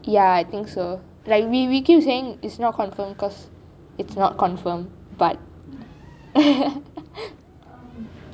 ya I think so like we we keep saying is not confirm cause it's not confirm but